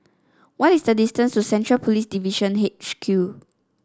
what is the distance to Central Police Division H Q